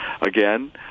Again